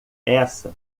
essa